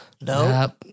No